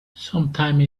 sometimes